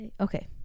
Okay